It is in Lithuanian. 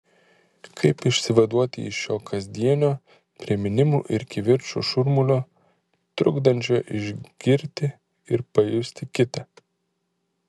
kaip išsivaduoti iš šio kasdienio priminimų ir kivirčų šurmulio trukdančio išgirti ir pajusti kitą